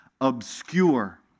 obscure